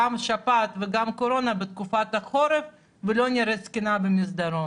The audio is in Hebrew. גם לשפעת וגם לקורונה בתקופת החורף ולא נראה זקנה במסדרון?